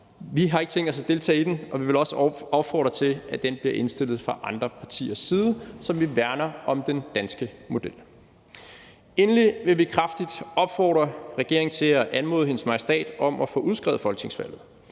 Vi har ikke tænkt os at deltage i den, og vi vil også opfordre til, at den bliver indstillet fra andre partiers side, så vi værner om den danske model. Endelig vil vi kraftigt opfordre regeringen til at anmode Hendes Majestæt om at få udskrevet folketingsvalget.